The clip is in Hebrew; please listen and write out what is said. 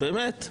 באמת,